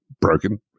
broken